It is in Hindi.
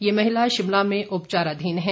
ये महिला शिमला में उपचाराधीन हैं